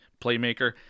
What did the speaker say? playmaker